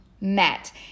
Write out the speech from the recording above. met